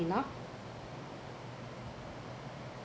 enough